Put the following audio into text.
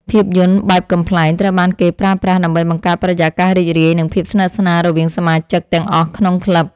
ភាពយន្តបែបកំប្លែង ត្រូវបានគេប្រើប្រាស់ដើម្បីបង្កើតបរិយាកាសរីករាយ និងភាពស្និទ្ធស្នាលរវាងសមាជិកទាំងអស់ក្នុងក្លឹប។